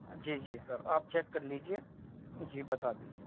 جی جی سر آپ چیک کر لیجیے جی بتا دیجیے